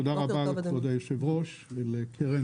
תודה רבה לכבוד היושבת-ראש ולקרן,